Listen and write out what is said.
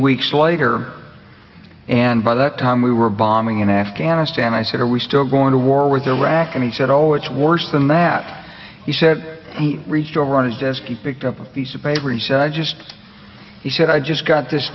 weeks later and by that time we were bombing in afghanistan i said are we still going to war with iraq and he said no it's worse than that he said he reached over and just be picked up a piece of paper and i just he said i just got this